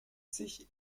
sich